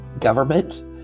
Government